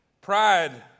Pride